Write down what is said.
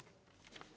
Tak.